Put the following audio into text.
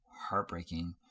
heartbreaking